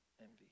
envy